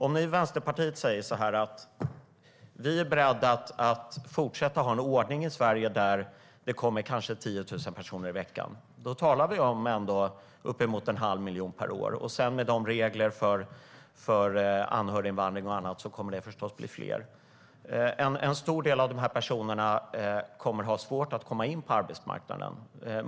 Ni i Vänsterpartiet säger att ni är beredda att fortsätta ha en ordning i Sverige där det kommer kanske 10 000 personer i veckan. Då talar vi om uppemot en halv miljon per år, och med reglerna för anhöriginvandring och annat kommer det förstås att bli fler. En stor del av de här personerna kommer att ha svårt att komma in på arbetsmarknaden.